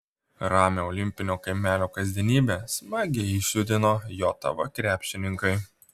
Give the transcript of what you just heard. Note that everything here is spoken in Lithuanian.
ramią olimpinio kaimelio kasdienybę smagiai išjudino jav krepšininkai